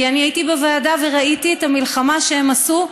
כי הייתי בוועדה וראיתי את המלחמה שהם עשו,